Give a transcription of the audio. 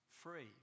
free